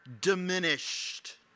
diminished